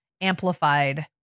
amplified